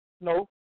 No